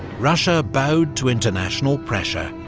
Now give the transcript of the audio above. russia bowed to international pressure,